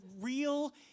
real